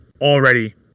already